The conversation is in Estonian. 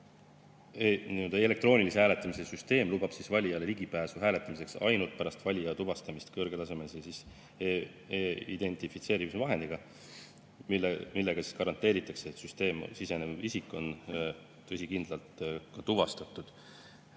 elektroonilise hääletamise süsteem lubab valijale ligipääsu hääletamisele ainult pärast valija tuvastamist kõrgetasemelise identifitseerimisvahendiga, millega garanteeritakse, et süsteemi sisenenud isik on tõsikindlalt tuvastatud.